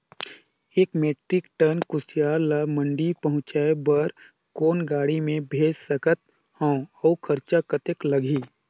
एक metric ton कुसियार ल मंडी पहुंचाय बर कौन गाड़ी मे भेज सकत हव अउ खरचा कतेक लगही?